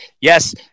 yes